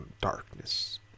darkness